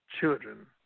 children